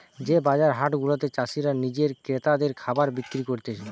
যে বাজার হাট গুলাতে চাষীরা নিজে ক্রেতাদের খাবার বিক্রি করতিছে